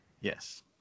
Yes